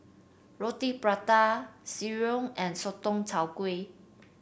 Roti Prata sireh and Sotong Char Kway